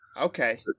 okay